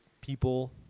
people